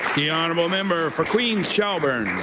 the honourable member for queens-shelburne.